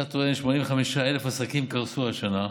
אתה טוען ש-85,000 עסקים קרסו השנה,